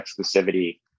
exclusivity